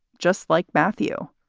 just like matthew.